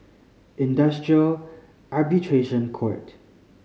Industrial Arbitration Court